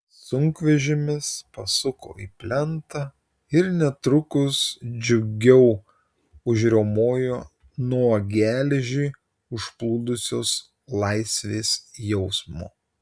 sunkvežimis pasuko į plentą ir netrukus džiugiau užriaumojo nuo geležį užplūdusios laisvės jausmo